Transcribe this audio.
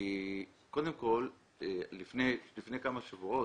קודם כול, לפני כמה שבועות,